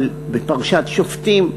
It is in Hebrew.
בפרשת שופטים,